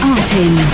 Artin